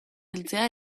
heltzea